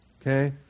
okay